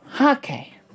Okay